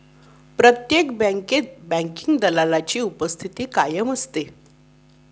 प्रत्येक बँकेत बँकिंग दलालाची उपस्थिती कायम असते